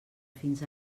fins